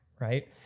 right